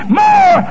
more